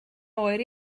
oer